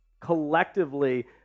collectively